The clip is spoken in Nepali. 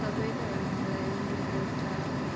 तर सबै धर्मलाई म एउटा